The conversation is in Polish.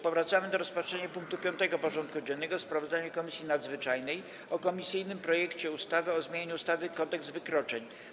Powracamy do rozpatrzenia punktu 5. porządku dziennego: Sprawozdanie Komisji Nadzwyczajnej o komisyjnym projekcie ustawy o zmianie ustawy Kodeks wykroczeń.